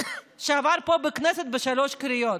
שעבר פה בכנסת בשלוש קריאות.